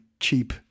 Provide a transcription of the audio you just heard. cheap